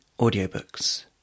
audiobooks